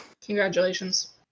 Congratulations